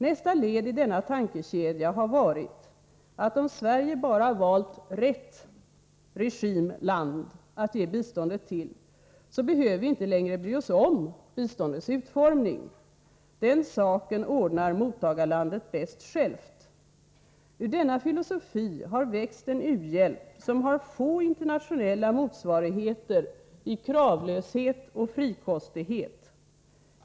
Nästa led i denna tankekedja har varit att om Sverige bara valt ”rätt” regim/land att ge biståndet till, behöver vi inte längre bry oss om biståndets utformning. Den saken ordnar mottagarlandet bäst självt. Ur denna filosofi har växt en u-hjälp som har få internationella motsvarigheter i kravlöshet och frikostighet.